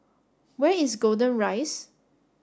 where is Golden Rise